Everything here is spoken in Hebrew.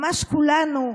ממש כולנו,